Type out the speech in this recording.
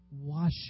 Wash